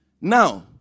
Now